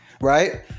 Right